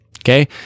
okay